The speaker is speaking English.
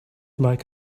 like